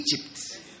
Egypt